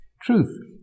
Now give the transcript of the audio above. Truth